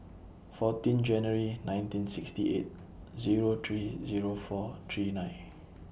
fourteen January nineteen sixty eight Zero three Zero four three nine